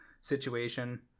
situation